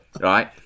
right